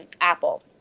apple